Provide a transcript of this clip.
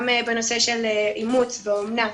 גם בנושא של אימוץ ואומנה,